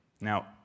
Now